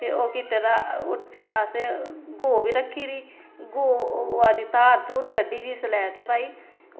ते ओह् कीते दा फिर असें गौऽ बी रक्खी दी गौऽ आ दी धार धूर कड्ढी दी इसलै ते भई